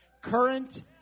Current